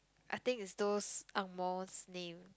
I think is those angmoh's name